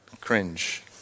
Cringe